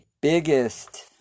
biggest